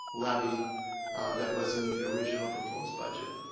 levy that was in the original proposed budget.